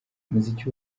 umuziki